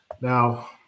Now